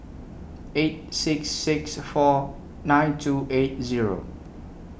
eight six six four nine two eight Zero